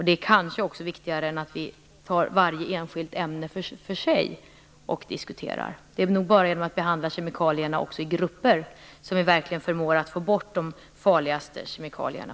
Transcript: Det är kanske också viktigare än att vi diskuterar varje enskilt ämne för sig. Det är nog bara genom att också behandla kemikalierna i grupper som vi verkligen förmår att få bort de farligaste kemikalierna.